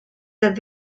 that